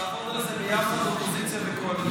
ונעבוד על זה ביחד, אופוזיציה וקואליציה.